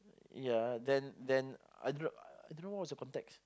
ya then then I don't know I don't know what was the context